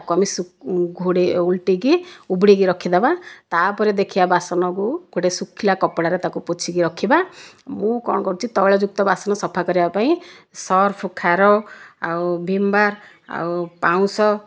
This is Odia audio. ତାକୁ ଆମେ ଓଲଟାଇକି ଉବୁଡ଼ାଇକି ରଖିଦେବା ତା'ପରେ ଦେଖିବା ବାସନକୁ ଗୋଟିଏ ଶୁଖିଲା କପଡ଼ାରେ ତାକୁ ପୋଛିକି ରଖିବା ମୁଁ କ'ଣ କରୁଛି ତୈଳ ଯୁକ୍ତ ବାସନ ସଫା କରିବା ପାଇଁ ସର୍ଫ ଖାର ଆଉ ଭୀମ୍ ବାର୍ ଆଉ ପାଉଁଶ